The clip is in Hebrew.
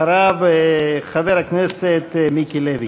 ואחריו, חבר הכנסת מיקי לוי.